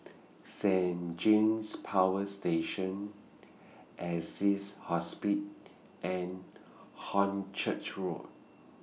Saint James Power Station Assisi Hospice and Hornchurch Road